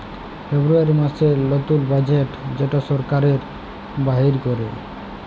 ফেব্রুয়ারী মাসের লতুল বাজেট যেট সরকার বাইর ক্যরে